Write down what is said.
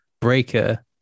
Breaker